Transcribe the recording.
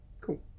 Cool